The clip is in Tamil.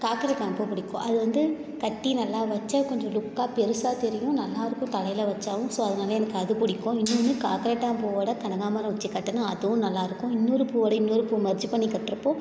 காக்கரட்டான் பூ பிடிக்கும் அது வந்து கட்டி நல்லா வெச்சா கொஞ்சம் லுக்காக பெருசாக தெரியும் நல்லா இருக்கும் தலையில் வச்சாலும் ஸோ அதனால எனக்கு அது பிடிக்கும் இன்னொன்று காக்கரட்டான் பூவோடு கனகாம்மரம் வெச்சிக் கட்டினா அதுவும் நல்லா இருக்கும் இன்னொரு பூவோட இன்னொரு பூவை மெர்ஜு பண்ணிக் கட்டுறப்போ